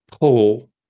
pull